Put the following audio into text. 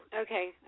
Okay